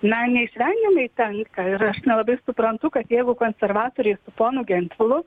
na neišvengiamai tenka ir aš nelabai suprantu kad jeigu konservatoriai su ponu gentvilu